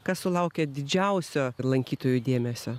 kas sulaukia didžiausio lankytojų dėmesio